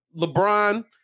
Lebron